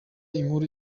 inkuru